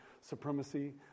supremacy